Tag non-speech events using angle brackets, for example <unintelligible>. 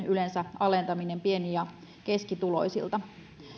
<unintelligible> yleensä varhaiskasvatusmaksujen alentaminen pieni ja keskituloisilta